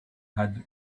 had